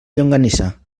llonganissa